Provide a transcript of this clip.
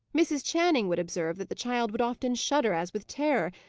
mrs. channing would observe that the child would often shudder, as with terror,